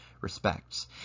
respects